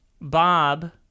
Bob—